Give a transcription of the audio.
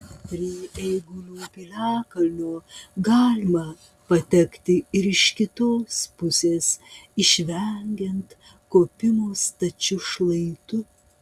prie eigulių piliakalnio galima patekti ir iš kitos pusės išvengiant kopimo stačiu šlaitu